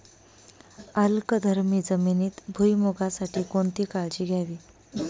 अल्कधर्मी जमिनीत भुईमूगासाठी कोणती काळजी घ्यावी?